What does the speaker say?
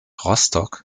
rostock